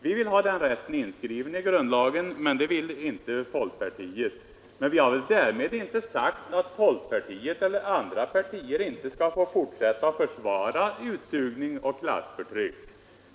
Vi vill ha den rättigheten inskriven i grundlagen, men det vill inte folkpartiet. Vi har därmed inte sagt att folkpartiet eller andra partier inte skall få fortsätta att försvara utsugning och klassförtryck.